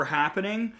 happening